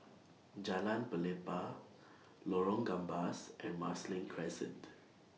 Jalan Pelepah Lorong Gambas and Marsiling Crescent